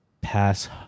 pass